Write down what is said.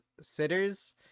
sitters